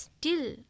till